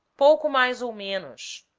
pouco mais ou menos,